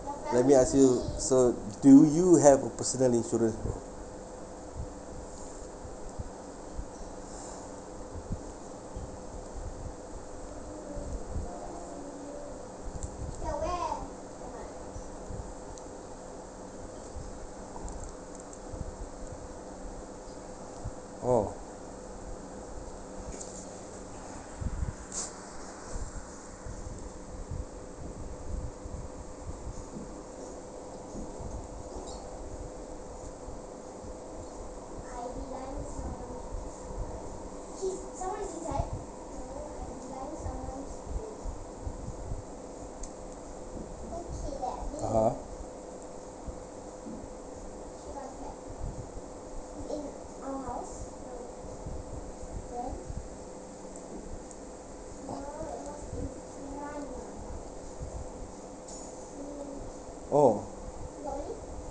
let me ask you so do you have a personal insurance bro orh (uh huh) orh